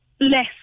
less